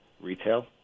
Retail